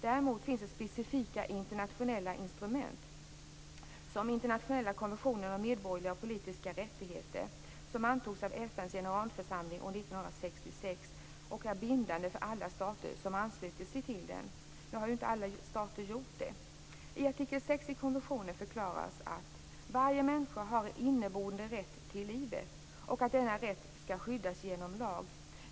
Däremot finns det specifika internationella instrument, t.ex. Internationella konventionen om medborgerliga och politiska rättigheter. Den antogs av FN:s generalförsamling år 1966 och är bindande för alla stater som ansluter sig till den. Alla stater har inte gjort det. I artikel 6 i konventionen förklaras att varje människa har en inneboende rätt till livet och att denna rätt skall skyddas genom lag.